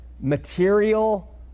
material